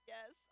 Yes